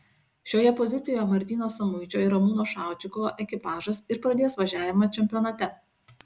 šioje pozicijoje martyno samuičio ir ramūno šaučikovo ekipažas ir pradės važiavimą čempionate